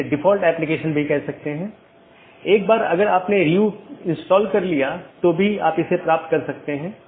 सबसे अच्छा पथ प्रत्येक संभव मार्गों के डोमेन की संख्या की तुलना करके प्राप्त किया जाता है